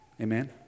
Amen